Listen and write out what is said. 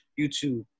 YouTube